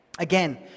Again